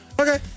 okay